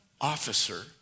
officer